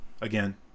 again